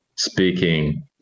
speaking